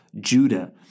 Judah